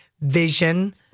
vision